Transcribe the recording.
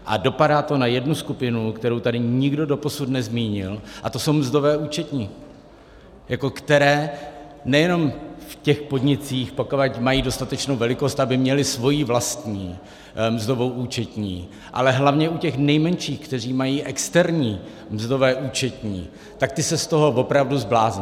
A dopadá to na jednu skupinu, kterou tady nikdo doposud nezmínil, a to jsou mzdové účetní, které nejenom v těch podnicích, pokud mají dostatečnou velikost, aby měly svoji vlastní mzdovou účetní, ale hlavně u těch nejmenších, kteří mají externí mzdové účetní, tak ty se z toho opravdu zblázní.